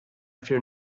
fear